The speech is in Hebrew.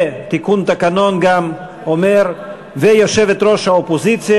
ותיקון התקנון גם אומר: ויושבת-ראש האופוזיציה,